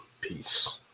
Peace